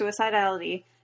suicidality